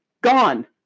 Gone